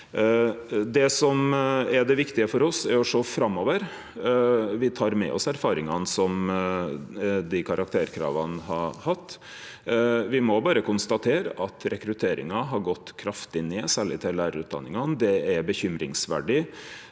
Det som er det viktige for oss, er å sjå framover. Me tek med oss erfaringane karakterkrava har gjeve. Me må berre konstatere at rekrutteringa har gått kraftig ned, særleg til lærarutdanningane. Det er bekymringsverdig.